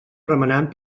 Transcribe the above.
remenant